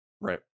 Right